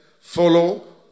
follow